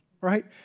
right